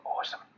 awesome